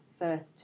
first